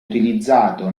utilizzato